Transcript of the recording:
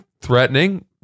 threatening